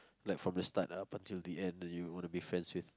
like from the start ah but till the end that you want to be friends with